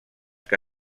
que